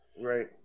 Right